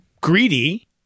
greedy